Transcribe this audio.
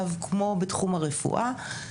שייקבעו,